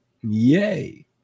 Yay